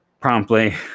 promptly